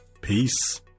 peace